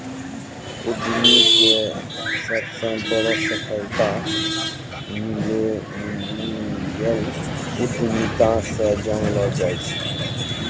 उद्यमीके सबसे बड़ो सफलता के मिल्लेनियल उद्यमिता से जानलो जाय छै